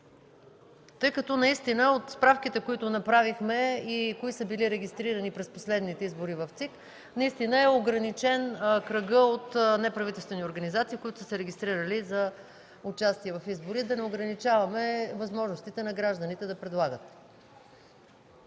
избори. Наистина от справките, които направихме, за това кои са били регистрирани през последните избори в ЦИК, наистина е ограничен кръгът от неправителствени организации, които са се регистрирали за участие в избори. Да не ограничаваме възможностите на гражданите да предлагат!